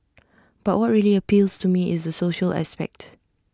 but what really appeals to me is the social aspect